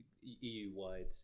EU-wide